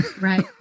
Right